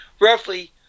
roughly